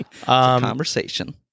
conversation